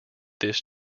this